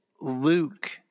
Luke